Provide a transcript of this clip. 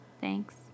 Thanks